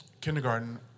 kindergarten